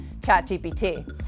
ChatGPT